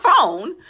phone